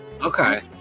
okay